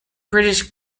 british